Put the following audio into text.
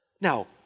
Now